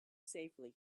safely